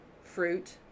fruit